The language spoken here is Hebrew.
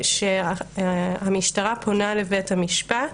שהמשטרה פונה לבית המשפט.